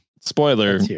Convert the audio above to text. Spoiler